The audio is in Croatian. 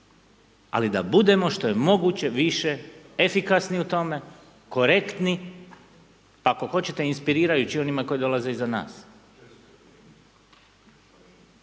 ali da budemo što je moguće više efikasni u tome, korektni, ako hoćete inspirirajući onima koji dolaze iza nas.